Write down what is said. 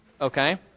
okay